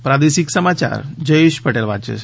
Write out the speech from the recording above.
પ્રાદેશિક સમાયાર જયેશ પટેલ વાંચે છે